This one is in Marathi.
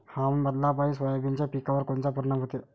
हवामान बदलापायी सोयाबीनच्या पिकावर कोनचा परिणाम होते?